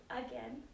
again